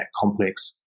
complex